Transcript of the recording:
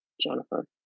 Jennifer